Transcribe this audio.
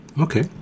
okay